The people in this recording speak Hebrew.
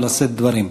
לשאת דברים.